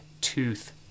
tooth